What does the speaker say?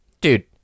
dude